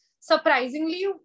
surprisingly